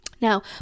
Now